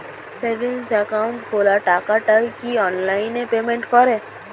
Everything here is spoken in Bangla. সেভিংস একাউন্ট খোলা টাকাটা কি অনলাইনে পেমেন্ট করে?